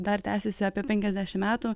dar tęsėsi apie penkiasdešimt metų